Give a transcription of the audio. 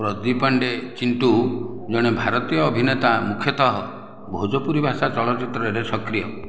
ପ୍ରଦୀପ ପାଣ୍ଡେ ଚିଣ୍ଟୁ ଜଣେ ଭାରତୀୟ ଅଭିନେତା ମୁଖ୍ୟତଃ ଭୋଜପୁରୀ ଭାଷା ଚଳଚ୍ଚିତ୍ରରେ ସକ୍ରିୟ